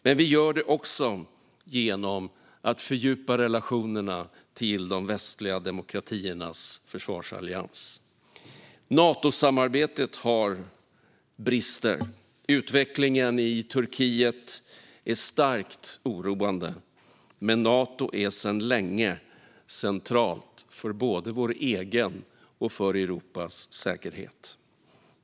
Men vi gör det också genom att fördjupa relationerna till de västliga demokratiernas försvarsallians. Natosamarbetet har brister. Utvecklingen i Turkiet är starkt oroande. Men Nato är sedan länge centralt för både vår egen och Europas säkerhet.